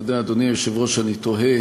אתה יודע, אדוני היושב-ראש, אני תוהה